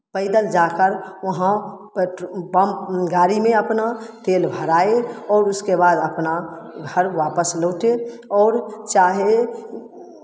पैदल जाकर वहाँ पेट्रोल पंप गाड़ी में अपना तेल भराए और उसके बाद अपना घर वापस लौटे और चाहे